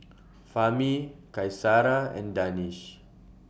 Fahmi Qaisara and Danish